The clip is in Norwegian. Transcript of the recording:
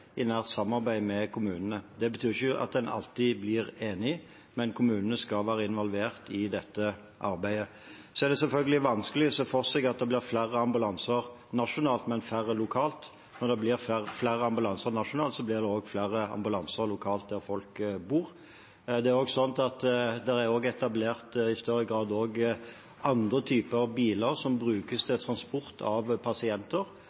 i nært samarbeid med kommunene. Det betyr ikke at en alltid blir enig, men kommunene skal være involvert i dette arbeidet. Så er det selvfølgelig vanskelig å se for seg at det blir flere ambulanser nasjonalt, men færre lokalt. Når det blir flere ambulanser nasjonalt, blir det også flere ambulanser lokalt, der folk bor. Det er også slik at det i større grad er etablert andre typer biler som brukes til transport av pasienter,